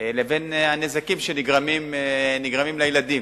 לבין הנזקים שנגרמים לילדים.